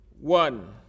One